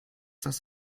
das